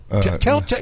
tell